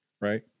right